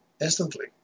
instantly